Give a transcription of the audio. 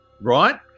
right